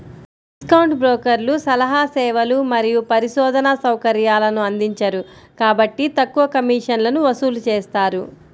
discount బ్రోకర్లు సలహా సేవలు మరియు పరిశోధనా సౌకర్యాలను అందించరు కాబట్టి తక్కువ కమిషన్లను వసూలు చేస్తారు